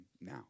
now